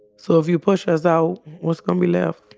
so if you push us out, what's gonna be left?